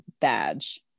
badge